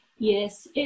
Yes